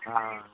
हां